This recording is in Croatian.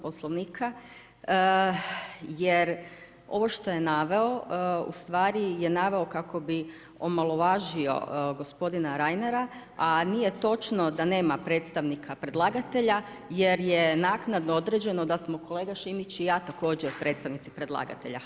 Poslovnika jer ovo što je naveo je ustvari naveo kako bi omalovažio gospodina Reinera, a nije točno da nema predstavnika predlagatelja jer je naknadno određeno da smo kolega Šimić i ja također predstavnici predlagatelja.